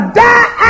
die